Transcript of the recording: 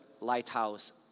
Lighthouse